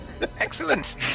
Excellent